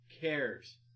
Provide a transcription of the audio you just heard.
cares